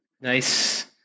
Nice